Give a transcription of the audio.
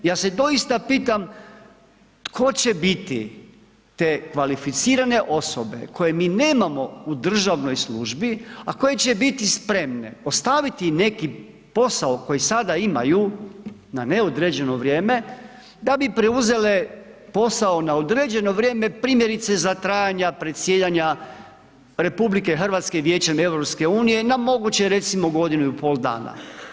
Ja se doista pitam tko će biti te kvalificirane osobe koje mi nemamo u državnoj službi a koje će biti spremne ostaviti neki posao koji sada imaju na neodređeno vrijeme da bi preuzele posao na određeno vrijeme primjerice za trajanja predsjedanja RH Vijećem EU na moguće recimo godinu i pol dana.